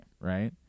right